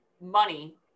money